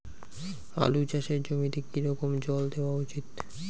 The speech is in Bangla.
আলু চাষের জমিতে কি রকম জল দেওয়া উচিৎ?